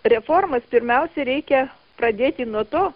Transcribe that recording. reformas pirmiausia reikia pradėti nuo to